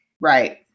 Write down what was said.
Right